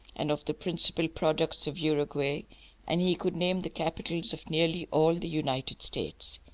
and of the principal products of uruguay and he could name the capitals of nearly all the united states.